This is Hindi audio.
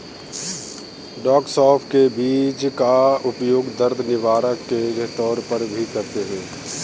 डॉ सौफ के बीज का उपयोग दर्द निवारक के तौर पर भी करते हैं